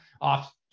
off